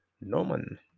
Norman